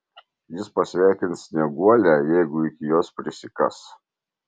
jis pasveikins snieguolę jeigu iki jos prisikas